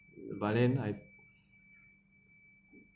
but then I